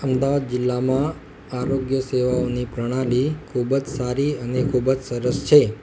અમદાવાદ જિલ્લામાં આરોગ્ય સેવાઓની પ્રણાલી ખૂબ જ સારી અને ખૂબ જ સરસ છે